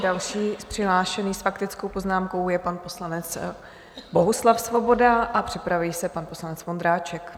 Další přihlášený s faktickou poznámkou je pan poslanec Bohuslav Svoboda a připraví se pan poslanec Vondráček.